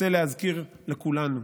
רוצה להזכיר לכולנו: